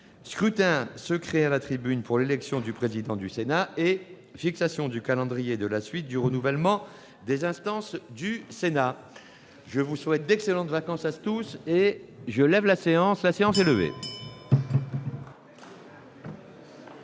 Scrutin secret à la tribune pour l'élection du président du Sénat. Fixation du calendrier de la suite du renouvellement des instances du Sénat. Je souhaite d'excellentes vacances à tous ! Personne ne demande la parole ?... La séance est levée.